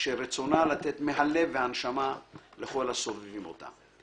כשרצונה לתת מהלב והנשמה לכל הסובבים אותה.